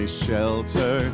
shelter